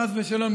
חס ושלום,